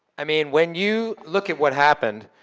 i mean when you look at what happened,